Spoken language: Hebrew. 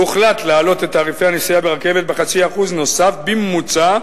הוחלט להעלות את תעריפי הנסיעה ברכבת ב-0.5 שקל נוסף בממוצע,